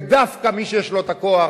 ודווקא מי שיש לו הכוח,